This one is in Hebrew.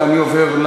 ואני עובר,